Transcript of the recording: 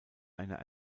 einer